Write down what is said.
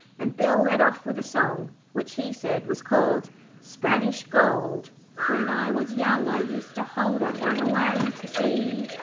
and bill led off with a song which he said was called spanish gold when i was young i used to hold i'd run away to sea,